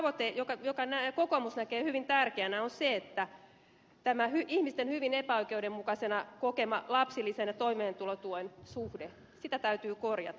seuraava tavoite jonka kokoomus näkee hyvin tärkeänä on se että ihmisten hyvin epäoikeudenmukaisena kokemaa lapsilisän ja toimeentulotuen suhdetta täytyy korjata